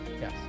Yes